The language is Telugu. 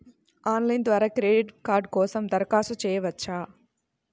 ఆన్లైన్ ద్వారా క్రెడిట్ కార్డ్ కోసం దరఖాస్తు చేయవచ్చా?